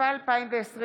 התשפ"א 2020,